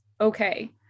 okay